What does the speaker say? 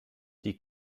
die